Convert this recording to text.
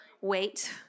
wait